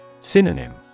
Synonym